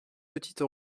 petite